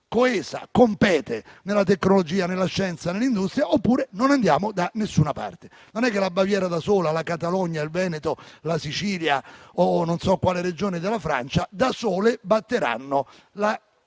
coesa, compete nella tecnologia, nella scienza, nell'industria, oppure non andiamo da nessuna parte. La Baviera, la Catalogna, il Veneto, la Sicilia o non so quale regione della Francia da sole non batteranno